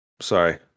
sorry